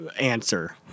answer